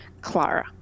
Clara